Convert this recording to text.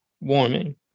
warming